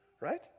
right